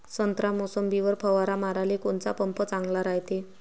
संत्रा, मोसंबीवर फवारा माराले कोनचा पंप चांगला रायते?